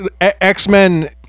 X-Men